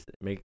make